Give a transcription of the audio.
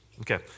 Okay